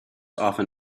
often